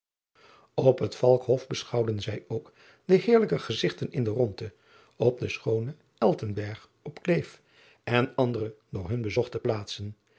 p het alkhof beschouwden zij ook de heerlijke gezigten in de rondte op den schoonen ltenberg op leef en andere door hun bezochte plaatsen